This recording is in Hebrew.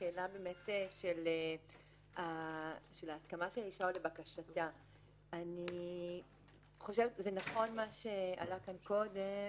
שאלת הסכמת האישה או לבקשתה - זה נכון מה שעלה כאן קודם